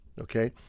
okay